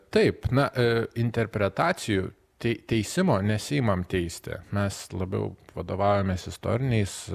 taip na interpretacijų tai teisimo nesiimam teisti mes labiau vadovaujamės istoriniais